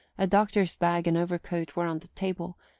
a doctor's bag and overcoat were on the table,